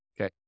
Okay